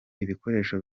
ibikoresho